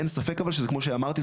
אין ספק אבל שזה כמו שאמרתי,